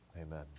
Amen